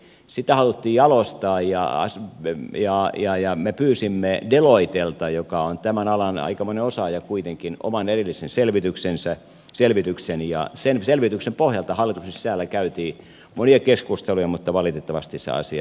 sitä haluttiin jalostaa ja me pyysimme deloitelta joka kuitenkin on tämän alan aikamoinen osaaja oman erillisen selvityksen ja sen selvityksen pohjalta hallituksen sisällä käytiin monia keskusteluja mutta valitettavasti se asia ei edennyt